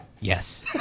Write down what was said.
Yes